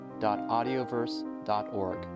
audioverse.org